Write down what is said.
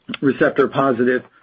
receptor-positive